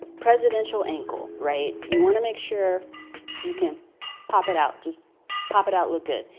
presidential ankle, right? you want to make sure you can pop it out, just pop it out, look good.